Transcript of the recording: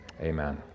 Amen